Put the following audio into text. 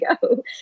go